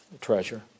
treasure